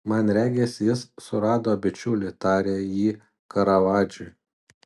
man regis jis susirado bičiulį tarė ji karavadžui